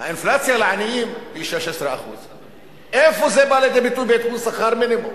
האינפלציה לעניים היא 16%. איפה זה בא לידי ביטוי בעדכון שכר מינימום?